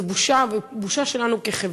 זו בושה, בושה שלנו כחברה.